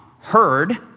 heard